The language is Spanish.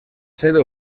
sede